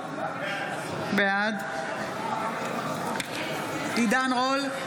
בעד עידן רול,